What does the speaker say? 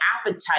appetite